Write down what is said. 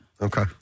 Okay